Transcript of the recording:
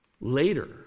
Later